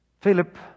Philip